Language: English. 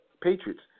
Patriots